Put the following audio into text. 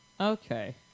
Okay